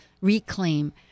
reclaim